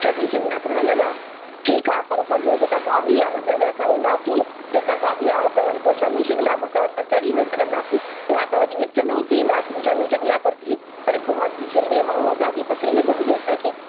शनि शिंगणापुर हलंदा ठीकु आहे पर पोइ जीअं जेका गाॾी आहे न जंहिंमें असां वेंदासीं जेका गाॾी आहे हुतां पोइ वरी शनि शिंगणापुर त हुता चढ़ी न सघंदासीं या त वरी विच में ई थी ईंदासीं शनि शिंगणापुर थी वरी पोइ अची शिरडी मां उहा गाॾी पकड़णी पवंदी असांखे